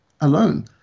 alone